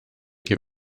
git